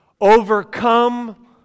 Overcome